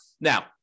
Now